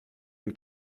une